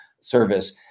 Service